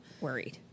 Worried